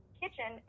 kitchen